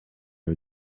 are